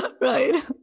Right